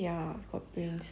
!huh! hee hee hee